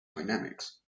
dynamics